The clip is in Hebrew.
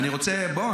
בוא,